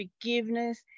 forgiveness